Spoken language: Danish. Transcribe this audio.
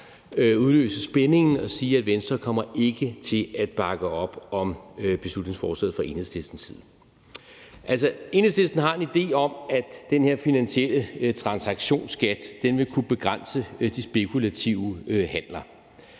udløse spændingen og sige, at Venstre ikke kommer til at bakke op om beslutningsforslaget fra Enhedslistens side. Enhedslisten har en idé om, at den her finansielle transaktionsskat vil kunne begrænse de spekulative handler.